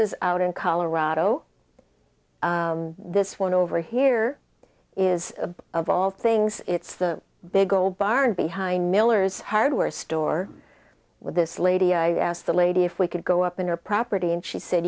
is out in colorado this one over here is of all things it's the big old barn behind miller's hardware store with this lady i asked the lady if we could go up in her property and she said